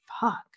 fuck